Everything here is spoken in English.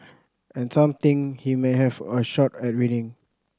and some think he may have a shot at winning